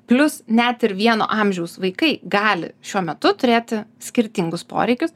plius net ir vieno amžiaus vaikai gali šiuo metu turėti skirtingus poreikius